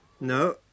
No